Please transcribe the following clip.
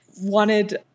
wanted